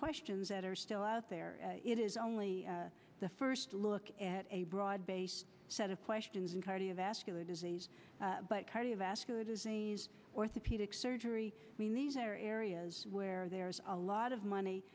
questions that are still out there it is only the first look at a broad based set of questions in cardiovascular disease but cardiovascular disease orthopedic surgery i mean these are areas where there's a lot of money